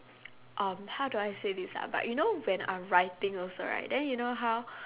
um how do I say this ah but you know when I'm writing also right then you know how